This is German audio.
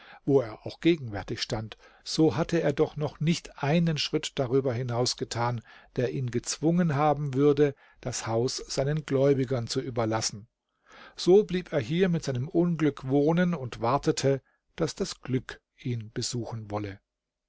wo er auch gegenwärtig stand so hatte er doch noch nicht einen schritt darüber hinaus getan der ihn gezwungen haben würde das haus seinen gläubigern zu überlassen so blieb er hier mit seinem unglück wohnen und wartete daß das glück ihn besuchen wolle